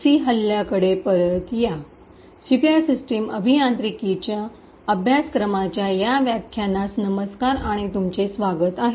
secure system अभियांत्रिकीच्या अभ्यासक्रमाच्या या व्याख्यानमास नमस्कार आणि तुमचे स्वागत आहे